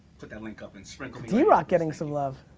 but that link up and sort of drock getting some love,